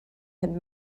had